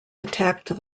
attacked